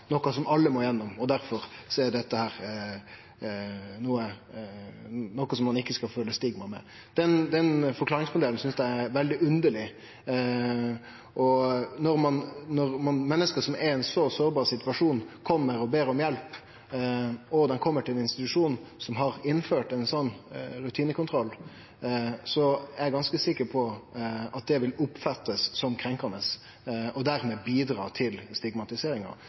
noko som alle må gjennom, og difor er dette noko som ein ikkje skal føle som eit stigma. Den forklaringsmodellen synest eg er veldig underleg. Når menneske som er i ein så sårbar situasjon kjem og ber om hjelp, og dei kjem til ein institusjon som har innført ein slik rutinekontroll, så er eg ganske sikker på at det vil bli oppfatta som krenkande og dermed bidrar til stigmatiseringa.